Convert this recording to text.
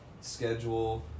schedule